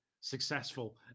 successful